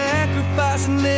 Sacrificing